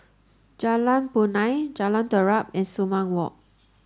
Jalan Punai Jalan Terap and Sumang Walk